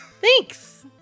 thanks